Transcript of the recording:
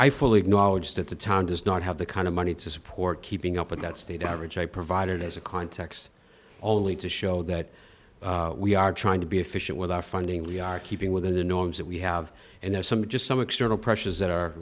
i fully acknowledge that the time does not have the kind of money to support keeping up with that state average i provided as a context only to show that we are trying to be efficient with our funding we are keeping within the norms that we have and there are some just some external pressures that are